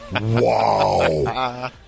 Wow